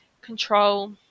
control